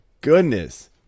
goodness